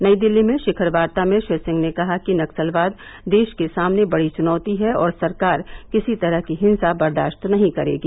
नई दिल्ली में षिखर वार्ता में श्री सिंह ने कहा कि नक्सलवाद देष के सामने बड़ी चुनौती है और सरकार किसी तरह की हिंसा बर्दाष्त नहीं करेगी